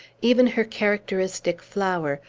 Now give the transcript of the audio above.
even her characteristic flower,